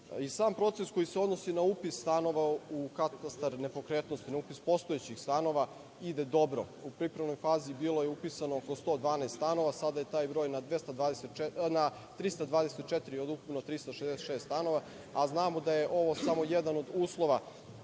proces koji se odnosi na upis stanova u katastar nepokretnosti, na upis postojećih stanova ide dobro. U pripremnoj fazi bilo je upisano oko 112 stanova, sada je taj broj na 324 od ukupno 366 stanova, a znamo da je ovo samo jedan od uslova